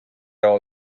all